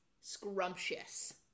scrumptious